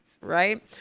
right